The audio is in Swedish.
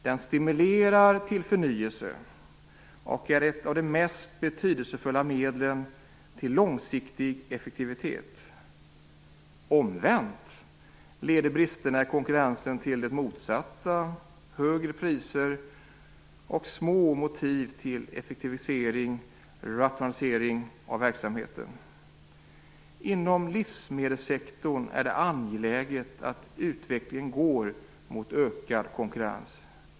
Den stimulerar till förnyelse och är ett av de mest betydelsefulla medlen för långsiktig effektivitet. Omvänt leder brister i konkurrensen till det motsatta: högre priser och svaga motiv för effektivisering och rationalisering av verksamheten. Inom livsmedelssektorn är det angeläget att utvecklingen går mot ökad konkurrens.